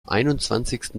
einundzwanzigsten